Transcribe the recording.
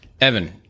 Evan